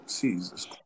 Jesus